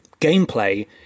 gameplay